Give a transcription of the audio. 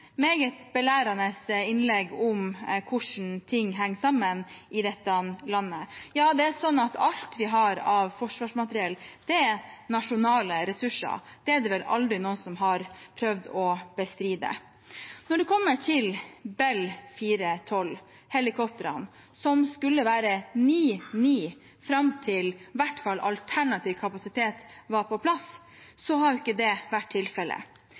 meget belærende innlegg om hvordan ting henger sammen i dette landet: Ja, det er sånn at alt vi har av forsvarsmateriell, er nasjonale ressurser. Det er det vel aldri noen som har prøvd å bestride. Når det kommer til Bell 412-helikoptrene, som skulle være fordelt ni–ni fram til i hvert fall alternativ kapasitet var på plass, har ikke det vært tilfellet.